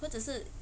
或者是